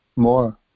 more